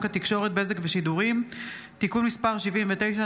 התקשורת (בזק ושידורים) (תיקון מס' 79),